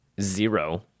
zero